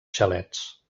xalets